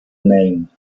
name